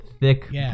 thick